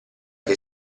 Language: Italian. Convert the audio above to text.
che